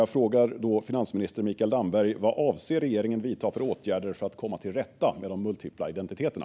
Jag frågar finansministern Mikael Damberg: Vad avser regeringen att vidta för åtgärder för att komma till rätta med de multipla identiteterna?